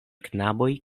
knaboj